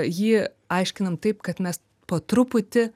jį aiškinam taip kad mes po truputį